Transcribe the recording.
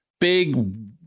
big